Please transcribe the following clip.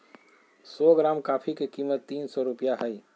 सो gram coffee के कीमत तीन सो रुपया हइ